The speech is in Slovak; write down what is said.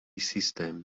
systém